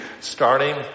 starting